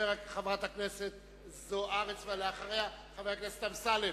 חברת הכנסת זוארץ, ואחריה, חבר הכנסת אמסלם.